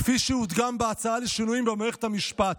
כפי שהודגם בהצעה לשינויים במערכת המשפט.